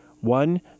One